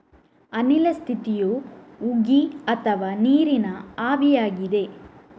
ಅನಿಲ ಸ್ಥಿತಿಯು ಉಗಿ ಅಥವಾ ನೀರಿನ ಆವಿಯಾಗಿದೆ